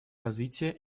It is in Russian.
развития